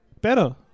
Better